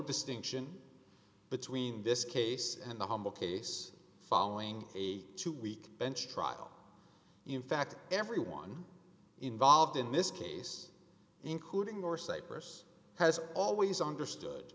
distinction between this case and the humble case following a two week bench trial in fact everyone involved in this case including more cyprus has always understood